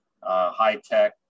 high-tech